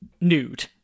nude